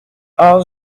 are